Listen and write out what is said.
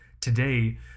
today